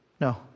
no